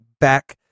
back